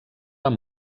amb